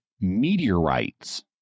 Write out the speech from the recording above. meteorites